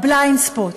ה-Blindspot: